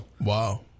Wow